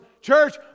church